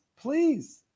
please